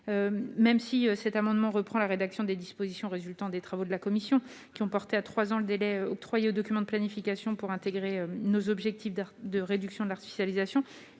même si cet amendement reprend les dispositions résultant des travaux de la commission, qui ont porté à trois ans le délai octroyé aux documents de planification pour intégrer les objectifs de réduction de l'artificialisation,